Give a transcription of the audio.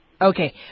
Okay